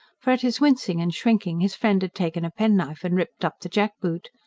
for, at his wincing and shrinking, his friend had taken a penknife and ripped up the jackboot.